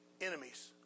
enemies